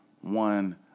one